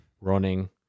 running